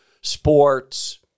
sports